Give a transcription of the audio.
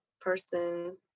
person